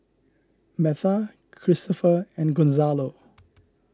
Metha Christoper and Gonzalo